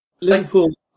Liverpool